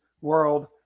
world